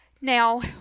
now